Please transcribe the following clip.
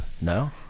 No